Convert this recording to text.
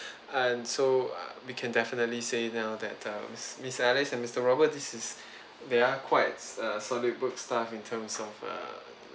and so we uh can definitely say now that uh miss alice and mister robert this is they are quite err solid good staff in terms of err